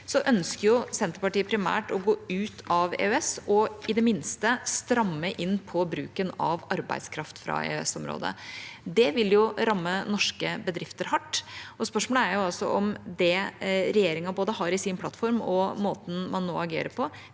ønsker jo Senterpartiet primært å gå ut av EØS og i det minste stramme inn på bruken av arbeidskraft fra EØS-området. Det vil ramme norske bedrifter hardt. Spørsmålet er altså om både det regjeringa har i sin plattform, og måten man nå agerer på,